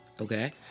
Okay